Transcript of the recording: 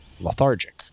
lethargic